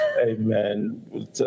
Amen